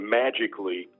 magically